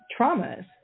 traumas